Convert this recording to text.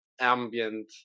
ambient